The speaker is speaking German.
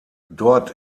dort